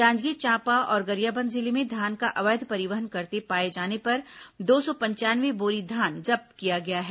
जांजगीर चांपा और गरियाबंद जिले में धान का अवैध परिवहन करते पाए जाने पर दो सौ पंचानवे बोरी धान जब्त किया गया है